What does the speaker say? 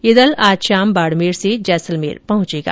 यह दल आज शाम बाड़मेर से जैसलमेर पहुंचेगा